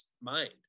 mind